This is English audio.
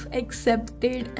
accepted